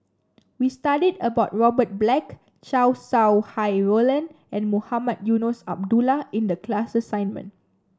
we studied about Robert Black Chow Sau Hai Roland and Mohamed Eunos Abdullah in the class assignment